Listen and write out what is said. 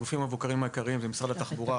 הגופים המבוקרים העיקריים היו משרד התחבורה,